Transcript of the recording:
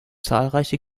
zahlreiche